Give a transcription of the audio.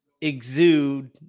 exude